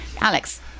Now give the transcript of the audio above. Alex